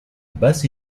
basses